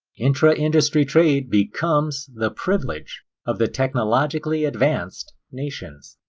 intra-industry trade becomes the privilege of the technologically advanced nations.